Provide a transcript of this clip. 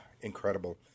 Incredible